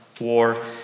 war